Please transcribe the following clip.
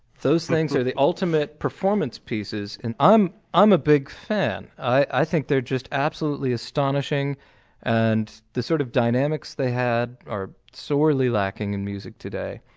those things are the ultimate performance pieces and i'm um a big fan. i think they're just absolutely astonishing and the sort of dynamics they had are sorely lacking in music today.